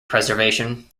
preservation